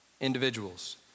individuals